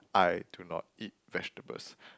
I do not eat vegetables